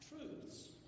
truths